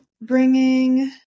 bringing